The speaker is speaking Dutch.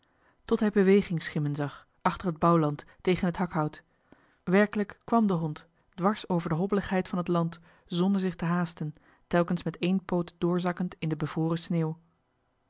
tot hij beweging schimmen zag achter het bouwland tegen het akkermaalshout werkelijk kwam de hond dwars over de hobbeligheid van het land zonder zich te haasten telkens met één poot doorzakkend in de bevroren sneeuw